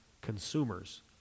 consumers